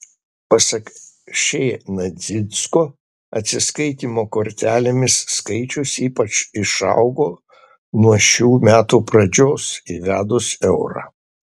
pasak š nedzinsko atsiskaitymų kortelėmis skaičius ypač išaugo nuo šių metų pradžios įvedus eurą